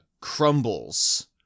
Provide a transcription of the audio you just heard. crumbles